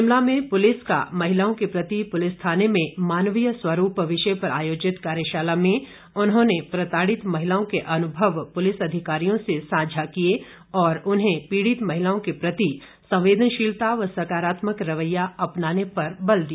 शिमला में पुलिस का महिलाओं के प्रति पुलिस थाने में मानवीय स्वरूप विषय पर आयोजित कार्यशाला में उन्होंने प्रताड़ित महिलाओं के अनुभव पुलिस अधिकारियों से सांझा किये और उन्हें पीड़ित महिलाओं के प्रति संवेदनशीलता व सकारात्मक रवैया अपनाने पर बल दिया